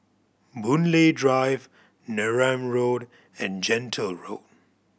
Boon Lay Drive Neram Road and Gentle Road